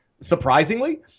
surprisingly